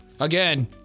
Again